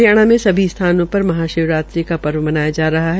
हरियाणा के सभी स्थानों पर महशिवरात्रि का पर्व मनाया जा रहा है